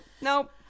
nope